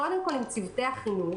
קודם כול עם צוותי החינוך,